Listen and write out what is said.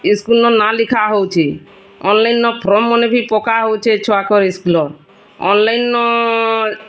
ସ୍କୁଲ୍ର ନାଆଁ ଲିଖାହେଉଛି ଅନ୍ଲାଇନ୍ ଫର୍ମମାନେ ପକାହେଉଛି ଛୁଆର ସ୍କୁଲ୍ରେ